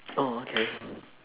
oh okay